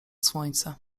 słońce